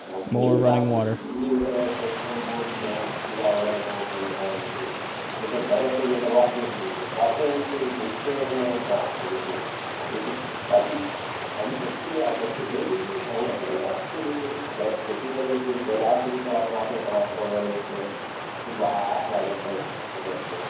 अच्छा वहीं बता रहा मैं भिंडी वगैरह है कई सामान बो दिए हैं खीरा वगैरह बो दिए है जैसे यह सब घर से निकलवाकर बिचवातें हैं जिसे बेचते हमें आप जैसे आप वैसे ताज़ी ताज़ी सब्ज़ी हैं आकर लेकर जाइए महँगा पड़ेगा आपको जैसे और खेती वाली बाज़ार से थोड़ा मँगवाते है टमाटर हो गए जैसे बाहर से आ जाता है थोड़ा आ जाते उधर से